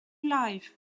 life